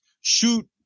shoot